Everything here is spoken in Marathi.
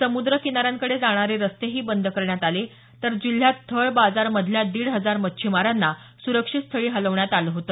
समुद्र किनाऱ्यांकडे जाणारे रस्ते बंद करण्यात आले तर जिल्ह्यात थळ बाजार मधल्या दीड हजार मच्छिमारांना स्रक्षितस्थळी हलवण्यात आलं होत